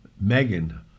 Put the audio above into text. Megan